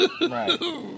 Right